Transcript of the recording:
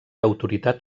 autoritat